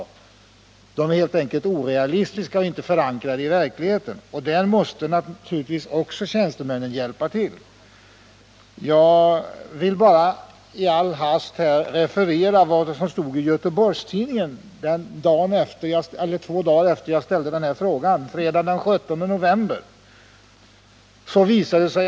Kraven är helt enkelt orealistiska och inte förankrade i verkligheten. Där måste naturligtvis tjänstemännen också hjälpa till. Jag vill i all hast referera vad som stod i GT två dagar efter det att jag ställde den här frågan, nämligen fredagen den 17 november.